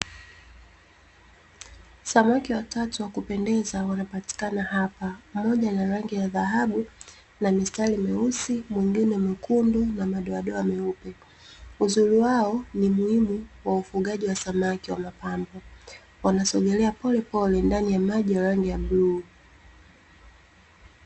Samaki watatu wakupendeza wapatikana hapa, pamoja na rangi ya dhahabu na mistari meusi, mengine mekundu na madoadoa meupe. Uzuri wao ni muhimu kwa ufugaji wa samaki wa mapambo. Wanasogelea pole pole ndani ya maji ya rangi ya bluu.